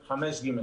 (5)(ג3).